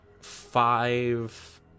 five